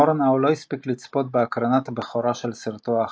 מורנאו לא הספיק לצפות בהקרנת הבכורה של סרטו האחרון.